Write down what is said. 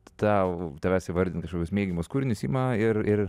tau tavęs įvardint kažkokius mėgiamus kūrinius ima ir ir